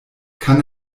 kann